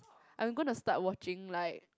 I'm go to start watching like